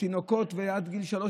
לתינוקות עד גיל שלוש,